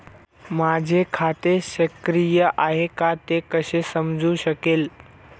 माझे खाते सक्रिय आहे का ते कसे समजू शकेल?